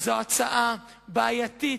זאת הצעה בעייתית,